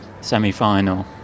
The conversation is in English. semi-final